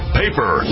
paper